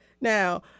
Now